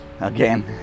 again